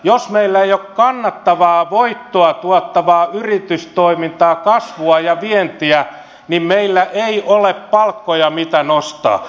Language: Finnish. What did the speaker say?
jos meillä ei ole kannattavaa voittoa tuottavaa yritystoimintaa kasvua ja vientiä niin meillä ei ole palkkoja mitä nostaa